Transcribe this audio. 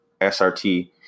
SRT